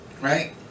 Right